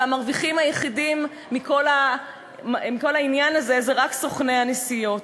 והמרוויחים היחידים מכל העניין הזה הם רק סוכני הנסיעות.